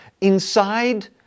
inside